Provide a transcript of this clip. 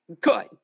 Good